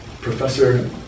Professor